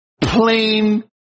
plain